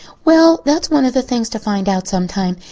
well, that is one of the things to find out sometime.